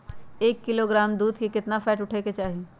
एक किलोग्राम दूध में केतना फैट उठे के चाही?